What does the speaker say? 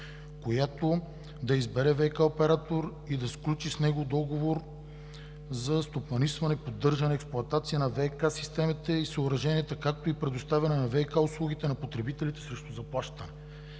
която да избере ВиК оператор и да сключи с него договор за стопанисване, поддържане и експлоатация на ВиК системите и съоръженията, както и предоставяне на ВиК услугите на потребителите срещу заплащане.“